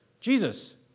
Jesus